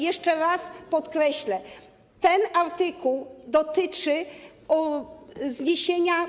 Jeszcze raz podkreślę: ten artykuł dotyczy zniesienia.